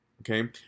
Okay